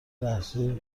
لحظه